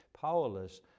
powerless